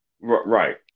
Right